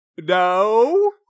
No